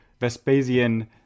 Vespasian